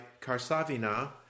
Karsavina